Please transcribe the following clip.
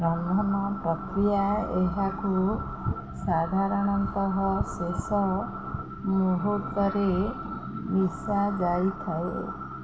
ରନ୍ଧନ ପ୍ରକ୍ରିୟା ଏହାକୁ ସାଧାରଣତଃ ଶେଷ ମୁହୂର୍ତ୍ତରେ ମିଶାଯାଇଥାଏ